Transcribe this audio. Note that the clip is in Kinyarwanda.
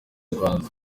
rwanda